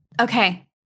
Okay